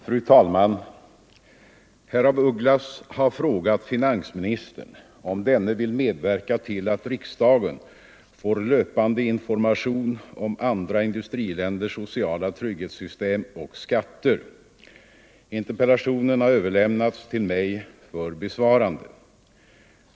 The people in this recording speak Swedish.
Fru talman! Herr af Ugglas har frågat finansministern om denne vill medverka till att riksdagen får löpande information om andra industriländers sociala trygghetssystem och skatter. Interpellationen har överlämnats till mig för besvarande.